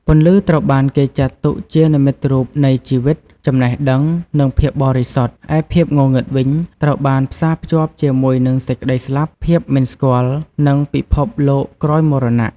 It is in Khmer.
ពន្លឺត្រូវបានគេចាត់ទុកជានិមិត្តរូបនៃជីវិត ចំណេះដឹង និងភាពបរិសុទ្ធ ឯភាពងងឹតវិញ ត្រូវបានផ្សារភ្ជាប់ជាមួយនឹងសេចក្តីស្លាប់ ភាពមិនស្គាល់ និងពិភពលោកក្រោយមរណៈ ។